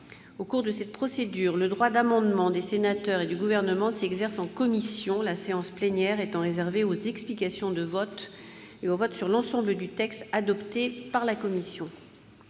Au cours de cette procédure, le droit d'amendement des sénateurs et du Gouvernement s'exerce en commission, la séance plénière étant réservée aux explications de vote et au vote sur l'ensemble du texte adopté par la commission.